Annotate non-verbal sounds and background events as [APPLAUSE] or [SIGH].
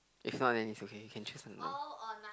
if not then it's okay you can choose another [NOISE]